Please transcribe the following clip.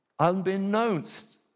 unbeknownst